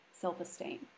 self-esteem